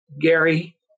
Gary